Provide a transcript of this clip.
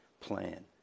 plan